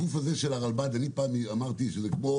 הגוף הזה של הרלב"ד, אני פעם אמרתי שזה כמו